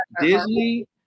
Disney